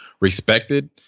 respected